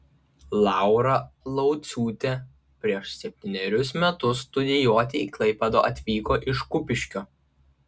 laura lauciūtė prieš septynerius metus studijuoti į klaipėdą atvyko iš kupiškio